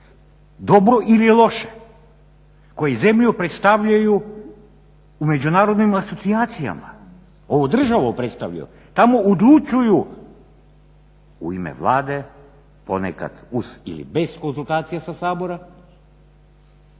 dobro ili loše? Koji zemlju predstavljaju u međunarodnim asocijacijama. Ovu državnu predstavljaju. Tamo odlučuju u ime Vlade, ponekad uz ili bez konzultacija sa Saborom.